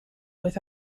with